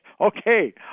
Okay